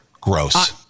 Gross